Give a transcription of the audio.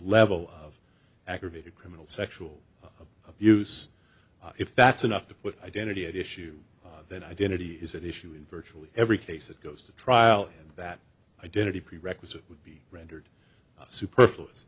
level of aggravated criminal sexual abuse if that's enough to put identity at issue that identity is at issue in virtually every case that goes to trial that identity prerequisite would be rendered superfluous